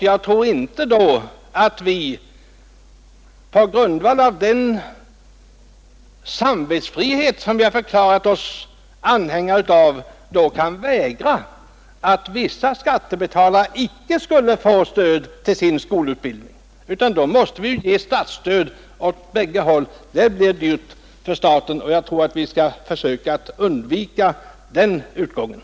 Jag tror inte att vi då, med hänsyn till den samvetsfrihet som vi har förklarat oss vara anhängare av, kan vägra barnen till vissa skattebetalare att få stöd för sin skolutbildning, utan då måste vi ge statsstöd på bägge håll. Det blir dyrt för staten, och jag tror att vi skall undvika en sådan lösning.